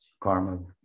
Karma